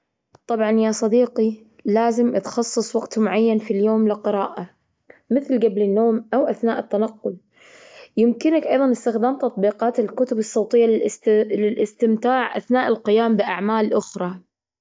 طبعا يا صديقي، لازم تخصص وقت معين في اليوم للقراءة، مثل قبل النوم أو أثناء التنقل يمكنك أيضا استخدام تطبيقات الكتب الصوتية للاست- للاستمتاع أثناء القيام بأعمال أخرى.